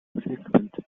participant